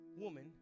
woman